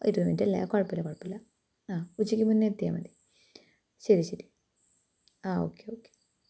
ഇരുപത് മിനിറ്റല്ലേ ആ കുഴപ്പമില്ല കുഴപ്പമില്ല അ ഉച്ചയ്ക്ക് മുന്നേ എത്തിയാൽ മതി ശരി ശരി ആ ഓക്കെ ഓക്കെ